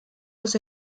los